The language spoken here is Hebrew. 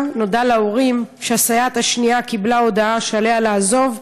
נודע שהסייעת השנייה קיבלה הודעה שעליה לעזוב,